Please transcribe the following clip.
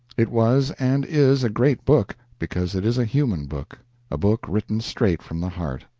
it was and is a great book, because it is a human book a book written straight from the heart.